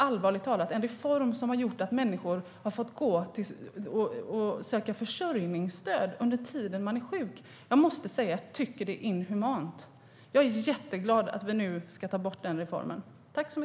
Allvarligt talat, en reform som har lett till att människor har fått söka försörjningsstöd under tiden de är sjuka är inhuman. Jag är jätteglad över att vi ska ta bort den reformen nu.